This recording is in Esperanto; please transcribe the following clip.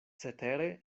cetere